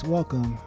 Welcome